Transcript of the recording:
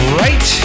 right